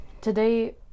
today